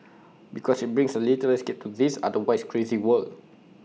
because IT brings A little escape to this otherwise crazy world